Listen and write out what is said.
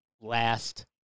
last